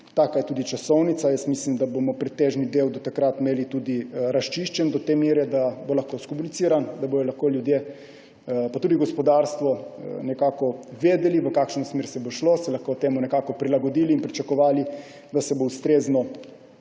taka je tudi časovnica. Mislim, da bomo pretežni del do takrat imeli razčiščen do te mere, da bo lahko skomuniciran, da bodo lahko ljudje pa tudi gospodarstvo vedeli, v kakšno smer se bo šlo, se lahko temu nekako prilagodili in pričakovali, da se bo ustrezno